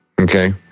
Okay